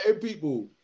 people